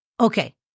Okay